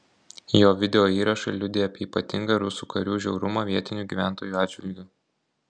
jo videoįrašai liudija apie ypatingą rusų karių žiaurumą vietinių gyventojų atžvilgiu